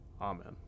Amen